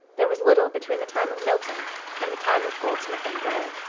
there was little between the time of milton and the time of goldsmith and gray.